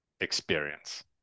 experience